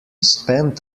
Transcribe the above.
spend